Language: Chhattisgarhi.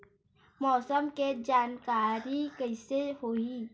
मौसम के जानकारी कइसे होही?